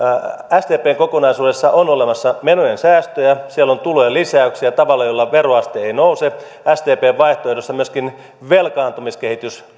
sdpn kokonaisuudessa on olemassa menojen säästöjä siellä on tulojen lisäyksiä tavalla jolla veroaste ei nouse sdpn vaihtoehdossa myöskin velkaantumiskehitys